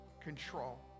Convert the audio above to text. control